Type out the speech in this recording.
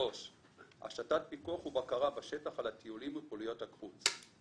השתת פיקוח ובקרה בשטח על הטיולים ופעילויות החוץ.